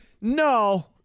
No